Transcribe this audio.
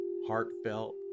heartfelt